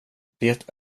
det